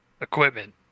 equipment